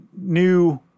new